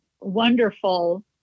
wonderful